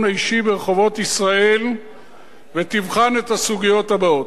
האישי ברחובות ישראל ותבחן את הסוגיות האלה,